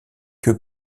que